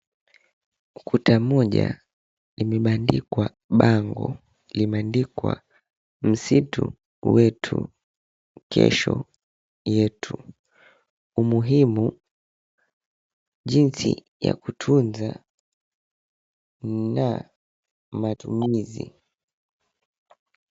Kuta moja imebandikwa bango, limeandikwa msitu wetu kesho yetu. Umuhimu jinsi ya kutunza na matumizi.